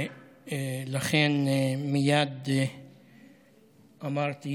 לכן מייד אמרתי